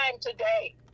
today